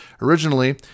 originally